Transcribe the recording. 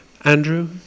Andrew